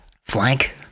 Flank